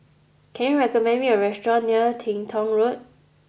can you recommend me a restaurant near Teng Tong Road